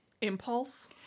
impulse